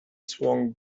swung